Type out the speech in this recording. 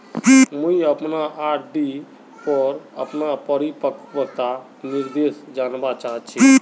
मुई अपना आर.डी पोर अपना परिपक्वता निर्देश जानवा चहची